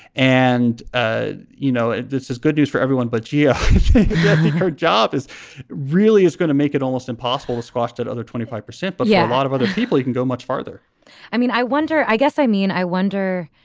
and ah you know this is good news for everyone but yeah her job is really is going to make it almost impossible to squash the other twenty five percent. but yeah a lot of other people you can go much farther i mean i wonder i guess i mean i wonder.